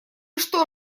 что